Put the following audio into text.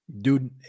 dude